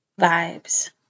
vibes